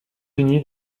unies